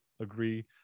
agree